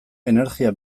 energia